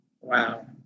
Wow